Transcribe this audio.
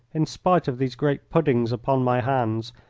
in spite of these great puddings upon my hands,